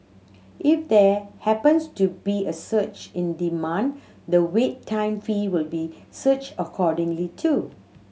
if there happens to be a surge in demand the wait time fee will be surge accordingly too